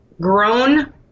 grown